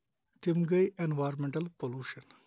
تِم گے environmental pollution